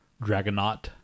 Dragonaut